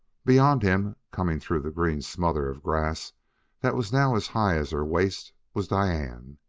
beyond him, coming through the green smother of grass that was now as high as her waist, was diane.